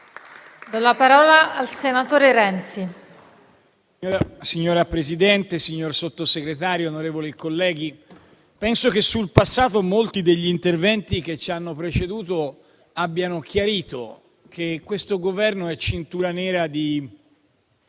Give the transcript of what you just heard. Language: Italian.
Signora Presidente, signor Sottosegretario, onorevoli colleghi, penso che, sul passato, molti degli interventi che ci hanno preceduto abbiano chiarito che questo Governo è cintura nera di